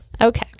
Okay